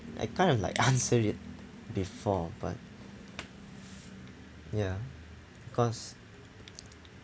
I kind of like answer it before but ya cause